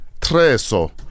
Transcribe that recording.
treso